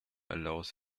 allows